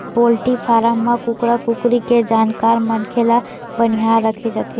poultry farm म कुकरा कुकरी के जानकार मनखे ल बनिहार राखे जाथे